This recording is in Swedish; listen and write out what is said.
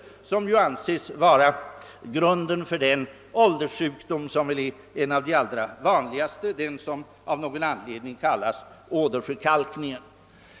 En för hög halt härav anses ju vara grunden till den ålderssjukdom som väl är en av de allra vanligaste, den som av någon anledning kallas åderförkalkning.